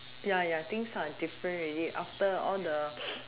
ya ya things are different already after all the